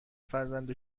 فرزند